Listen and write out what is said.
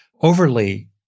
overly